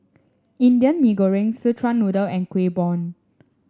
Indian Mee Goreng Szechuan Noodle and Kueh Bom